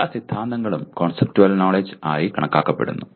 എല്ലാ സിദ്ധാന്തങ്ങളും conceptual knowledge ആയി കണക്കാക്കപ്പെടുന്നു